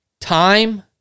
Time